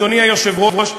אדוני היושב-ראש,